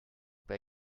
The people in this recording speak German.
bei